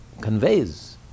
conveys